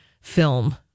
film